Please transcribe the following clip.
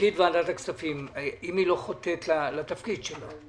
שתפקיד ועדת הכספים, אם היא לא חוטאת לתפקיד שלה,